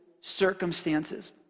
circumstances